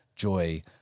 joy